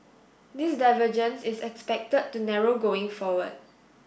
this divergence is expected to narrow going forward